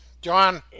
John